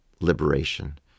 Liberation